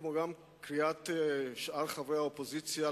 כמו גם קריאת שאר חברי האופוזיציה,